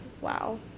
wow